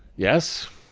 yes.